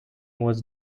was